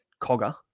Cogger